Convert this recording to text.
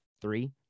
three